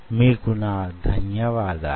మీకు నా ధన్యవాదాలు